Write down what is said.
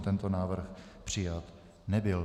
Tento návrh přijat nebyl.